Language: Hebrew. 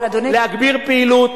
להגביר פעילות,